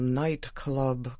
nightclub